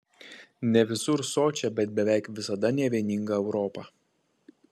ne visur sočią bet beveik visada nevieningą europą